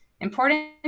important